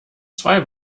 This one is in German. zwei